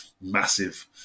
massive